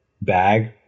bag